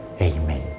Amen